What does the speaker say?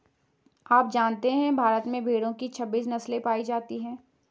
आप जानते है भारत में भेड़ो की छब्बीस नस्ले पायी जाती है